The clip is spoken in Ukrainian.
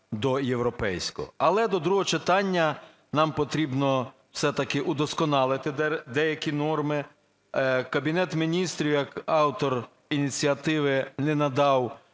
до європейського. Але до другого читання нам потрібно все-таки удосконалити деякі норми. Кабінет Міністрів як автор ініціативи, не надав